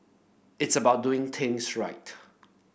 it's about doing things right